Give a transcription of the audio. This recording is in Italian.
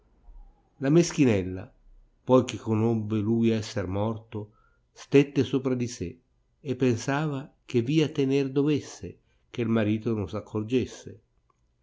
la meschinella poi che conobbe lui esser morto stette sopra di sé e pensava che via tener dovesse che il marito non s accorgesse